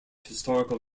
historical